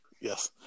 Yes